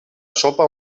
sopa